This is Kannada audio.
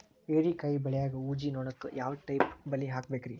ಹೇರಿಕಾಯಿ ಬೆಳಿಯಾಗ ಊಜಿ ನೋಣಕ್ಕ ಯಾವ ಟೈಪ್ ಬಲಿ ಹಾಕಬೇಕ್ರಿ?